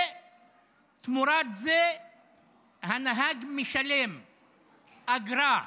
ותמורת זה הנהג משלם אגרה,